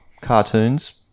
cartoons